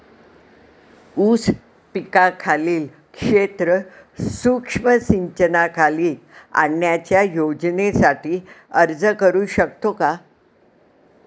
ऊस पिकाखालील क्षेत्र सूक्ष्म सिंचनाखाली आणण्याच्या योजनेसाठी अर्ज करू शकतो का?